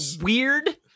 weird